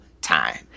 time